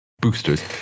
boosters